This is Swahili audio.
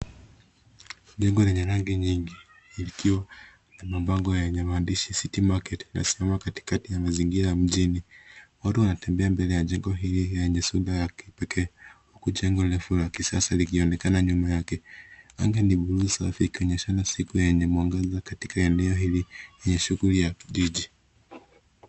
Jengo lenye rangi nyingi likiwa na mabango yenye maandishi City Market imesimama katikati ya mazingira ya mjini. Watu wanatembea mbele ya jengo hili yenye sura ya kipekee, huku jengo refu la kisasa likionekana nyuma yake. Anga ni buluu safi ikionyeshana siku yenye mwangaza katika eneo hili lenye shughuli ya kijiji.